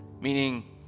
meaning